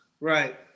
Right